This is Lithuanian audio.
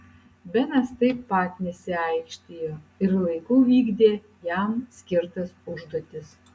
benas taip pat nesiaikštijo ir laiku vykdė jam skirtas užduotis